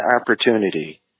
opportunity